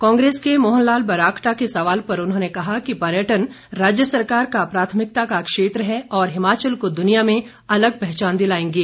कांग्रेस के मोहन लाल ब्राक्टा के सवाल पर उन्होंने कहा कि पर्यटन राज्य सरकार का प्राथमिकता का क्षेत्र है और हिमाचल को द्रनिया में अलग पहचान दिलाएंगे